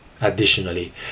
Additionally